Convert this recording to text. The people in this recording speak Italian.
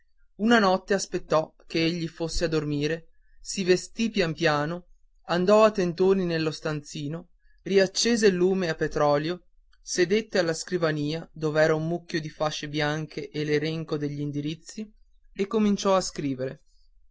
una notte aspettò ch'egli fosse a letto si vestì piano piano andò a tentoni nello stanzino riaccese il lume a petrolio sedette alla scrivania dov'era un mucchio di fasce bianche e l'elenco degli indirizzi e cominciò a scrivere